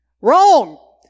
Wrong